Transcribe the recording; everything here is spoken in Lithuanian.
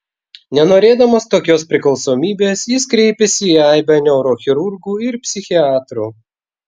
nenorėdamas tokios priklausomybės jis kreipėsi į aibę neurochirurgų ir psichiatrų